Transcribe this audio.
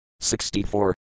64